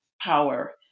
power